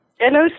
Hello